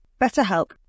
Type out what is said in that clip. BetterHelp